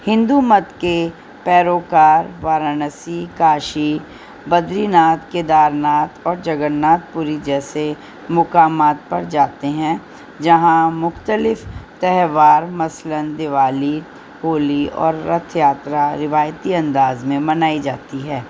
ہندو مت کے پیروکار وارانسی کاشی بدری ناتھ کیدار ناتھ اور جگن ناتھ پوری جیسے مقامات پر جاتے ہیں جہاں مختلف تہوار مثلاً دیوالی ہولی اور رتھ یاترا روایتی انداز میں منائی جاتی ہے